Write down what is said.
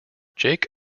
jake